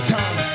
time